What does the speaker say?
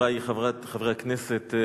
חברי חברי הכנסת,